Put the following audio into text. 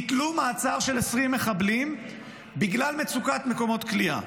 מעצר של 20 מחבלים בגלל מצוקת מקומות כליאה,